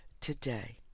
today